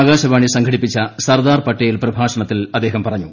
ആകാശവാണി സംഘടിപ്പിച്ച സർദാർ പട്ടേൽ പ്രഭാഷണത്തിൽ അദ്ദേഹം പറഞ്ഞു